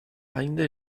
ainda